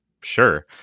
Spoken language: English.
sure